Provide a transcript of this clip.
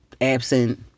Absent